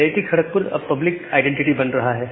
IIT Kharagpur अब public identity बन रहा है